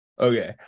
Okay